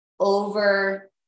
over